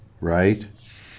right